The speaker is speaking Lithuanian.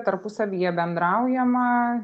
tarpusavyje bendraujama